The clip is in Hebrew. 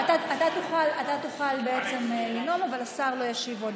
אתה תוכל לנאום, אבל השר לא ישיב שוב.